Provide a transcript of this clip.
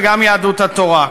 וגם יהדות התורה,